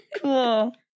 Cool